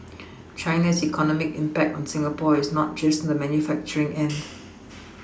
China's economic impact on Singapore is not just on the manufacturing end